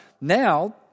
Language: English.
Now